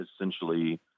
essentially